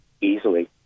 easily